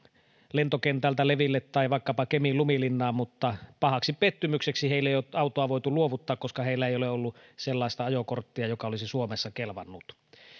lentokentältä leville tai vaikkapa kemin lumilinnaan mutta pahaksi pettymykseksi heille ei ole autoa voitu luovuttaa koska heillä ei ole ollut sellaista ajokorttia joka olisi suomessa kelvannut